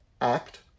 act